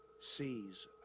sees